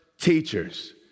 teachers